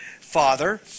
father